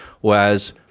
whereas